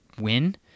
win